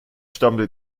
stammende